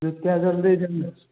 जत्तेक जल्दी जाम